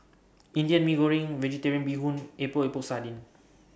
Indian Mee Goreng Vegetarian Bee Hoon Epok Epok Sardin